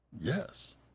Yes